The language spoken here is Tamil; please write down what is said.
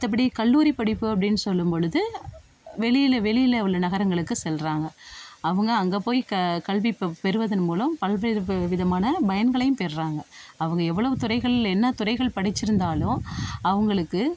மற்றபடி கல்லூரி படிப்பு அப்படின் சொல்லும்பொழுது வெளியில் வெளியில் உள்ள நகரங்களுக்கு செல்கிறாங்க அவங்க அங்கே போய் க கல்வி ப பெறுவதன் மூலம் பல்வேறு விதமான பயன்களையும் பெறாங்க அவங்க எவ்வளோ துறைகள் என்ன துறைகள் படித்திருந்தாலும் அவங்களுக்கு